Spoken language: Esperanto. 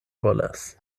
volas